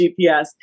GPS